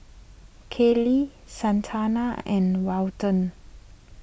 Kaylie Santana and Welton